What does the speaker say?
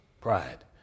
pride